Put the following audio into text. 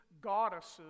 goddesses